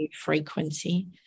frequency